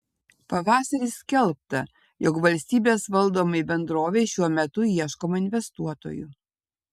pavasarį skelbta jog valstybės valdomai bendrovei šiuo metu ieškoma investuotojų